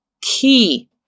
key